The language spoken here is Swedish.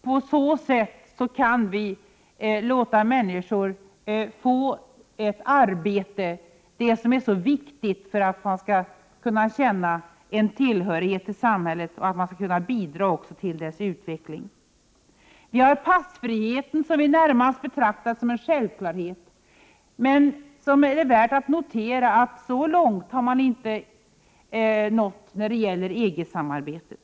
På så sätt kan människor få ett arbete, som är så viktigt för att man skall kunna känna tillhörighet till samhället och också kunna bidra till dess utveckling. Vi har passfriheten, som vi närmast betraktar som en självklarhet. Det är värt att notera att man inte nått lika långt när det gäller EG-samarbetet.